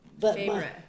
favorite